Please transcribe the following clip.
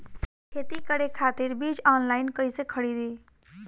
खेती करे खातिर बीज ऑनलाइन कइसे खरीदी?